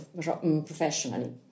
professionally